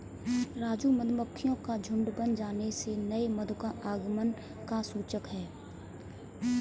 राजू मधुमक्खियों का झुंड बन जाने से नए मधु का आगमन का सूचक है